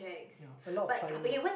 ya a lot of client work